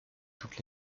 toutes